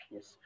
Yes